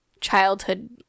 childhood